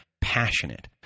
passionate